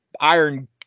iron